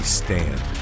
stand